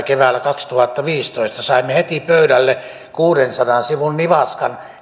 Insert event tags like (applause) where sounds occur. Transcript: (unintelligible) keväällä kaksituhattaviisitoista saimme heti pöydälle eläkeuudistuksesta kuudensadan sivun nivaskan